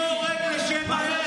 אני לא הורג ילדים ונשים.